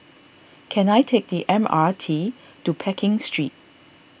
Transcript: can I take the M R T to Pekin Street